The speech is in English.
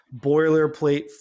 boilerplate